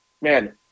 man